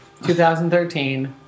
2013